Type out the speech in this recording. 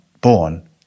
born